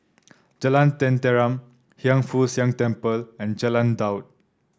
Jalan Tenteram Hiang Foo Siang Temple and Jalan Daud